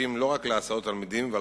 חברות ההסעה רשאיות להסיע תלמידים רק